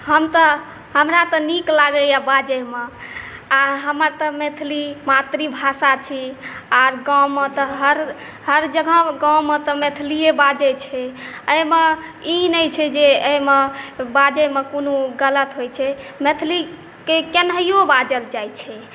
हमरा तऽ नीक लगैए बाजैमे आओर हमर तऽ मैथिली मातृभाषा छी आओर गाँवमे तऽ हर जगह मैथिलीए बाजैत छै एहिमे ई नहि छै जे एहिमे बाजैमे कोनो गलत होइत छै मैथिलीकेँ केनाहिओ बाजल जाइत छै